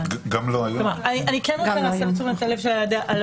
אני כן רוצה להסב את תשומת הלב של הוועדה.